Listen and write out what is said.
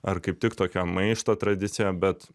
ar kaip tik tokio maišto tradicija bet